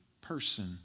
person